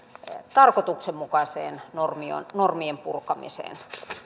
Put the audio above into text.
tarkoituksenmukaiseen normien purkamiseen